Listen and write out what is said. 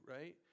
right